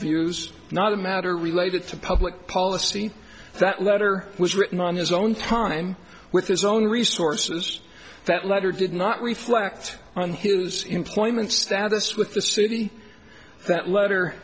views not a matter related to public policy that letter was written on his own time with his own resources that letter did not reflect on his employment status with the city that letter